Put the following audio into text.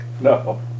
no